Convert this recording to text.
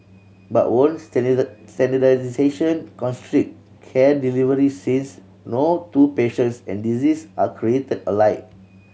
but won't standardisation constrict care delivery since no two patients and disease are created alike